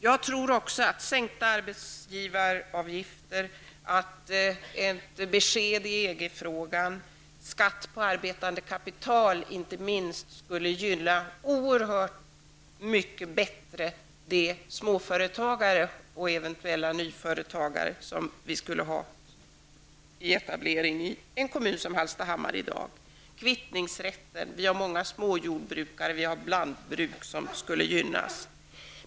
Jag tror också att sänkta arbetsgivaravgifter, ett besked i EG-frågan och inte minst ett besked vad gäller skatt på arbetande kapital oerhört mycket bättre skulle gynna de småföretagare och eventuella nyföretagare som skulle etablera sig i en kommun som Hallstahammar. Kvittningsrätten är en annan fråga. Vi har många småjordbrukare och vi har blandbruk som skulle gynnas.